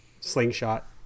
slingshot